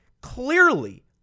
clearly